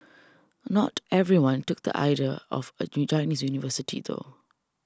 not everyone took the idea of a Chinese university though